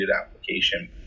application